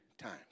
times